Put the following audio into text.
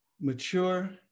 mature